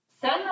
send